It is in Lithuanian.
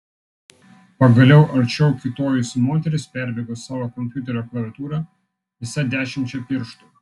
pagaliau arčiau kiūtojusi moteris perbėgo savo kompiuterio klaviatūrą visa dešimčia pirštų